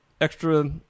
extra